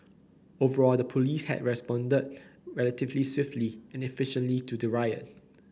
overall the police had responded relatively swiftly and efficiently to the riot